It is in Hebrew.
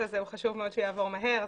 חשוב מאוד שהחוק הזה יעבור מהר.